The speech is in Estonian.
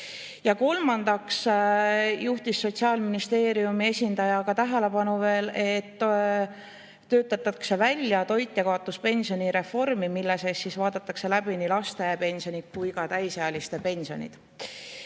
Kolmandaks juhtis Sotsiaalministeeriumi esindaja tähelepanu sellele, et töötatakse välja toitjakaotuspensioni reformi, mille käigus vaadatakse läbi nii laste kui ka täisealiste pensionid.